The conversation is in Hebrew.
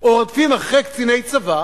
או רודפים אחרי קציני צבא